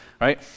Right